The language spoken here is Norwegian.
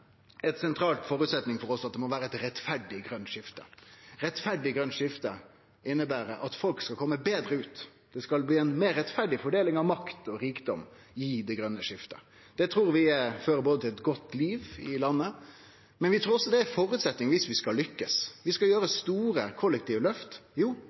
for oss at det må vere eit rettferdig grønt skifte. Eit rettferdig grønt skifte inneber at folk skal kome betre ut. Det skal bli ei meir rettferdig fordeling av makt og rikdom i det grøne skiftet. Det trur vi fører til eit godt liv i landet, men vi trur også det er ein føresetnad viss vi skal lukkast. Vi skal gjere store, kollektive løft,